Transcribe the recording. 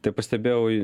tai pastebėjau